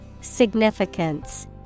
Significance